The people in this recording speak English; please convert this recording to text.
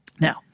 Now